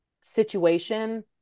situation